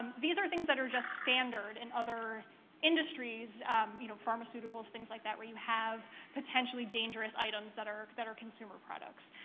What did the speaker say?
these are things that are just standard in other industries you know, pharmaceuticals, things like that, where you have potentially dangerous items that are that are consumer products.